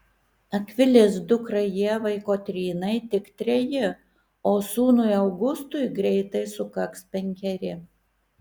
akvilės dukrai ievai kotrynai tik treji o sūnui augustui greitai sukaks penkeri